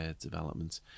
development